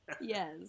Yes